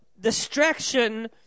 distraction